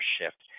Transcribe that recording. shift